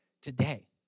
today